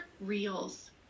reels